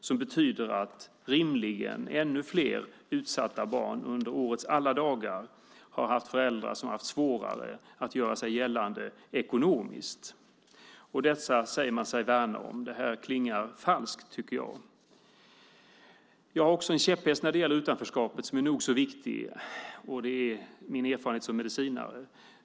Det betyder rimligen att ännu fler utsatta barn under årets alla dagar har haft föräldrar som har haft svårare att göra sig gällande ekonomiskt. Dessa säger man sig värna om. Det klingar falskt, tycker jag. Jag har också en käpphäst när det gäller utanförskapet som är nog så viktig. Det är min erfarenhet som medicinare.